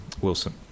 Wilson